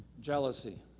Jealousy